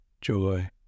joy